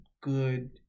good